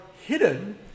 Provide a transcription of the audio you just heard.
hidden